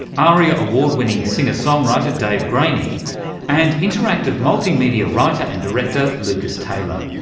aria award-winning singer songwriter dave graney and interactive multimedia writer and director lucas taylor.